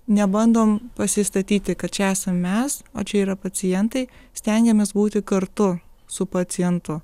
nebandom pasistatyti kad čia esam mes o čia yra pacientai stengiamės būti kartu su pacientu